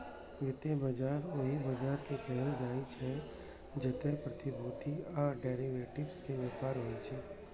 वित्तीय बाजार ओहि बाजार कें कहल जाइ छै, जतय प्रतिभूति आ डिरेवेटिव्स के व्यापार होइ छै